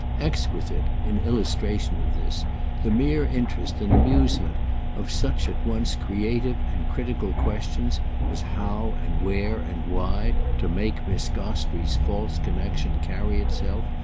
exquisite in illustration of this the mere interest and amusement of such at once creative and critical questions as how and where and why to make miss gostrey's false connexion carry itself,